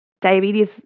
diabetes